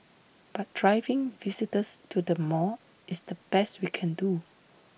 but driving visitors to the mall is the best we can do